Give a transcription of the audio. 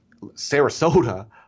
Sarasota